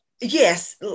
Yes